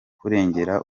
kurengera